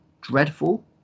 dreadful